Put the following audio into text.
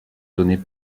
donnée